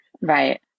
Right